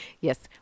Yes